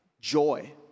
joy